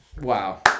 wow